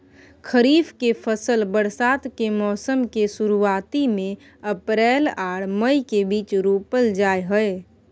खरीफ के फसल बरसात के मौसम के शुरुआती में अप्रैल आर मई के बीच रोपल जाय हय